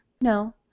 No